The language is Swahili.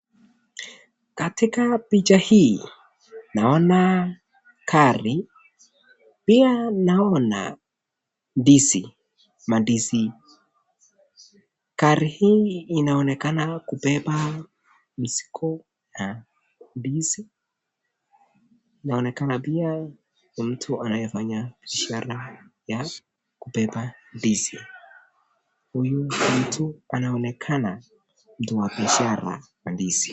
Katika picha hii naona gari. Pia naona ndizi, mandizi, gari hii inaonekana kubeba mzigo na ndizi. Inaonekana pia mtu anayefanya bishara ya kubeba ndizi. Huyu mtu anaonekana mtu wa biashara wa ndizi.